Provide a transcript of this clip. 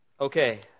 Okay